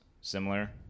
similar